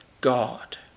God